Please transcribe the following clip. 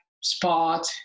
spot